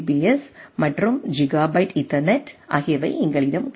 S மற்றும் gigabyte ethernet ஆகியவை எங்களிடம் உள்ளது